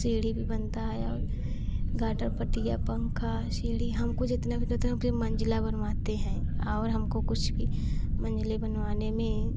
सीढ़ी भी बनता हैं और गाटर पठिया पंखा सीढ़ी हमको जितना भी देते हैं फ़िर मंज़िला बनवाते हैं और हमको कुछ भी मंज़िले बनवाने में